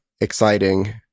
exciting